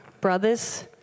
brothers